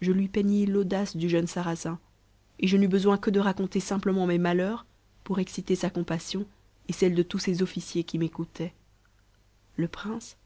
je lui peignis l'audace du jeune sarrasin et je n'eus besoin que de raconter simplement mes malheurs pour exciter sa compassion et celle de tous ses officiers qui m'écoutaient le prince